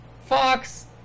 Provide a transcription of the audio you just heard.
Fox